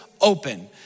open